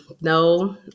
no